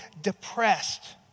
depressed